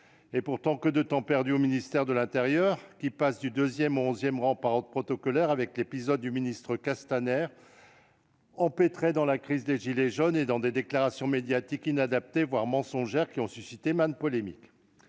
le répète, que de temps perdu au ministère de l'intérieur, qui passe du deuxième au onzième rang protocolaire avec l'épisode du ministre Castaner, empêtré dans la crise des gilets jaunes et dans des déclarations médiatiques inadaptées, voire mensongères, qui ont suscité maintes polémiques.